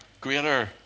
greater